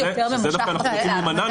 אנחנו דווקא רוצים להימנע מזה.